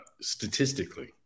statistically